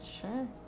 sure